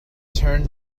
turn